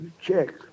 Check